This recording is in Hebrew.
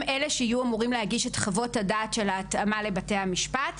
אלה שיהיו אמורים להגיש את חוות הדעת של ההתאמה לבתי המשפט.